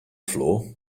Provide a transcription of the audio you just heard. floor